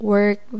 Work